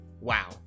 Wow